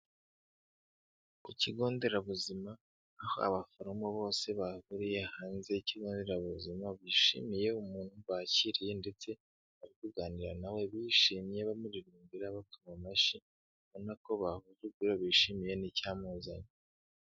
Ku kigo nderabuzima aho abaforomo bose bahuriye hanze y'ikigo nderabuzima, bishimiye umuntu bakiriye, ndetse bari kuganira na we bishimye, bamuririmbira, bakoma amashyi, ubona ko bishimiye n'icyamuzanye.